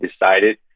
decided